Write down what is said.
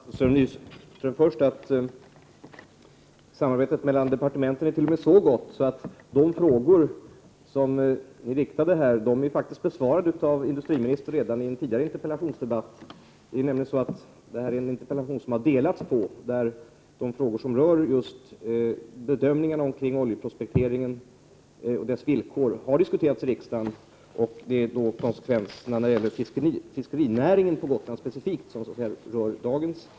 Herr talman! Jag vill först säga till Ingrid Hasselström Nyvall att samarbetet mellan departementen till och med är så gott att de frågor som riktats här faktiskt är besvarade av industriministern i en tidigare interpellationsdebatt. Detta är nämligen en interpellation som delats upp och där frågor som berör just bedömningen kring oljeprospekteringen och dess villkor redan har diskuterats. Dagens debatt rör specifikt konsekvenserna när det gäller fiskerinäringen på Gotland.